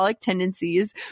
tendencies